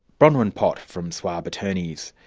bronwyn pott from swaab attorneys.